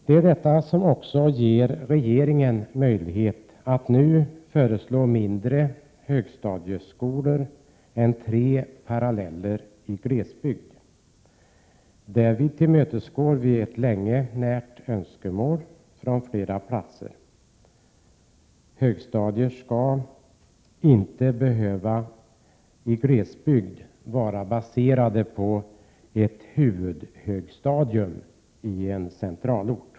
Det är detta som också ger regeringen möjlighet att nu föreslå mindre högstadieskolor än tre paralleller i glesbygd. Därvid tillmötesgår vi ett länge närt önskemål från flera platser. Högstadiet skall inte i glesbygd behöva vara baserat på huvudhögstadium i en centralort.